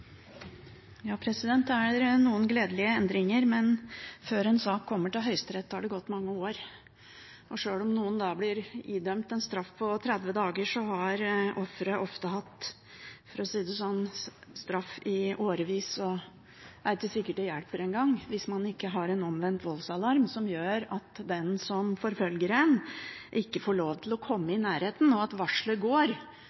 Det er noen gledelige endringer, men før en sak kommer til Høyesterett, har det gått mange år. Sjøl om noen da blir idømt en straff på 30 dager, har offeret ofte hatt straff i årevis – for å si det sånn. Og det er ikke sikkert det hjelper en gang, hvis man ikke har en omvendt voldsalarm som gjør at den som forfølger en, ikke får lov til å komme i nærheten, og at varselet går